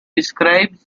describes